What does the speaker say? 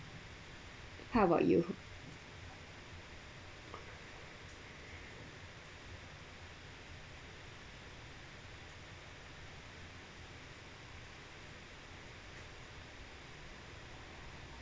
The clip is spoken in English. how about you